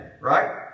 right